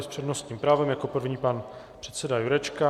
S přednostním právem jako první pan předseda Jurečka.